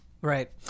Right